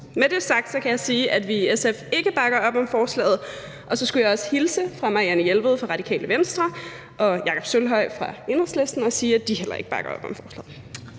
Med det sagt kan jeg sige, at vi i SF ikke bakker op om forslaget, og så skulle jeg også hilse fra Marianne Jelved fra Radikale Venstre og Jakob Sølvhøj fra Enhedslisten og sige, at de heller ikke bakker op om forslaget.